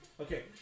Okay